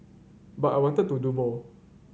but I wanted to do more